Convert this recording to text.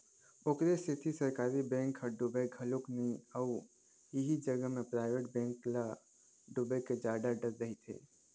ओखरे सेती सरकारी बेंक ह डुबय घलोक नइ अउ इही जगा म पराइवेट बेंक ल डुबे के जादा डर रहिथे